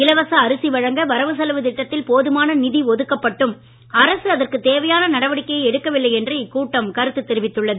இலவச அரிசி வழங்க வரவுசெலவு திட்டத்தில் போதுமான நிதி ஒதுக்கப்பட்டும் அரசு அதற்குத் தேவையான நடவடிக்கையை எடுக்கவில்லை என்று இக்கூட்டம் கருத்து தெரிவித்துள்ளது